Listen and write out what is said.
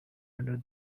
under